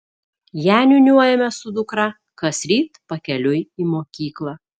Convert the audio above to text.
ją niūniuojame su dukra kasryt pakeliui į mokyklą